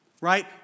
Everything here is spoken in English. right